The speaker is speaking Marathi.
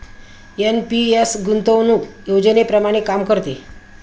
एन.पी.एस गुंतवणूक योजनेप्रमाणे काम करते